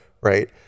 right